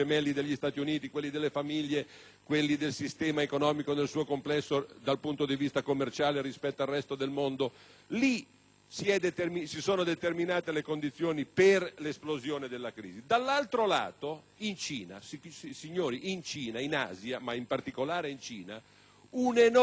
quelli del sistema economico nel suo complesso dal punto di vista commerciale rispetto al resto del mondo. Lì si sono determinate le condizioni per l'esplosione della crisi. Dall'altro lato, in Asia, ma in particolare in Cina, si è registrata un'enorme eccedenza di risparmio: